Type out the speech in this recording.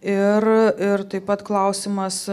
ir ir taip pat klausimas